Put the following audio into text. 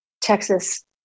Texas